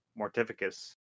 Mortificus